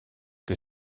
que